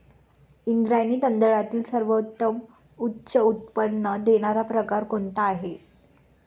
इंद्रायणी तांदळातील सर्वोत्तम उच्च उत्पन्न देणारा प्रकार कोणता आहे?